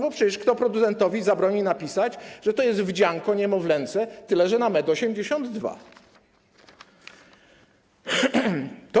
Bo przecież kto producentowi zabroni napisać, że to jest wdzianko niemowlęce, tyle że na 182 cm.